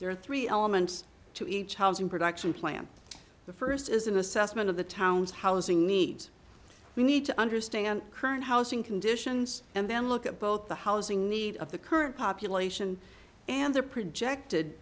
are three elements to each housing production plan the first is an assessment of the town's housing needs we need to understand current housing conditions and then look at both the housing needs of the current population and their projected